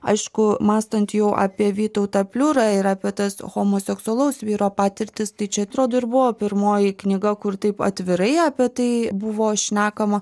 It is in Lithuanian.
aišku mąstant jau apie vytautą pliurą ir apie tas homoseksualaus vyro patirtis tai čia atrodo ir buvo pirmoji knyga kur taip atvirai apie tai buvo šnekama